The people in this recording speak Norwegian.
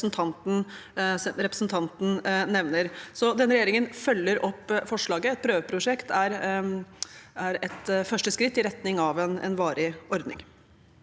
representanten nevner. Så denne regjeringen følger opp forslaget. Et prøveprosjekt er et første skritt i retning av en varig ordning.